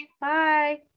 Bye